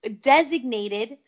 designated